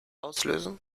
auslösen